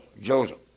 Joseph